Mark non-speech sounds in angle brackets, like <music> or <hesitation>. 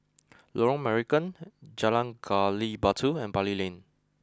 Lorong Marican <hesitation> Jalan Gali Batu and Bali Lane